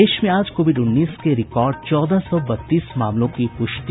प्रदेश में आज कोविड उन्नीस के रिकॉर्ड चौदह सौ बत्तीस मामलों की पुष्टि